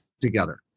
together